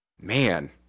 man